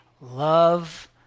love